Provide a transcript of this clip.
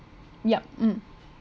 yup mm